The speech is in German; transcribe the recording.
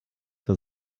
zur